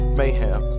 mayhem